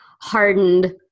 hardened